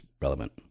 relevant